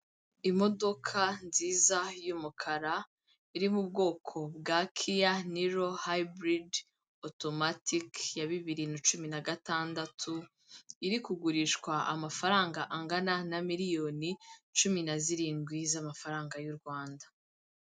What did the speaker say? Imodoka nziza y’umukara iri mu bwoko bwa Kiya, niro hayiburidi, otomatiki ya 2016, iri kugurishwa amafaranga angana na miliyoni 17 z’amafaranga y’u Rwanda.